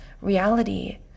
reality